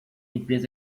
empresa